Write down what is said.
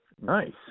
Nice